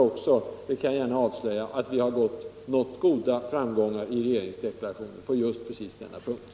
Och jag kan gott avslöja att vi anser att vi nått goda framgångar också i regeringsdeklarationen i denna fråga.